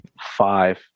five